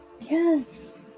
Yes